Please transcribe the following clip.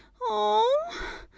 Oh